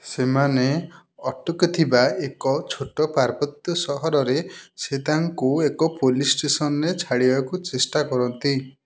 ସେମାନେ ଅଟକି ଥିବା ଏକ ଛୋଟ ପାର୍ବତ୍ୟ ସହରରେ ସେ ତାଙ୍କୁ ଏକ ପୋଲିସ୍ ଷ୍ଟେସନ୍ରେ ଛାଡ଼ିଆକୁ ଚେଷ୍ଟା କରନ୍ତି